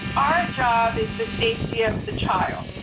our job is the safety of the child.